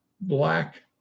black